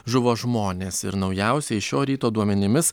žuvo žmonės ir naujausiais šio ryto duomenimis